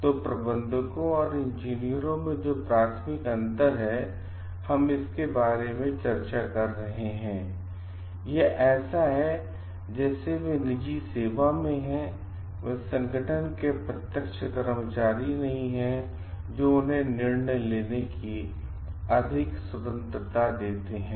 तो प्रबंधकों और इंजीनियरों में जो प्राथमिक अंतर है हम इसके बारे में चर्चा कर रहे हैंयह ऐसा है जैसे वे निजी सेवा में हैं वे संगठन के प्रत्यक्ष कर्मचारी नहीं हैं जो उन्हें निर्णय लेने की अधिक स्वतंत्रता देते हैं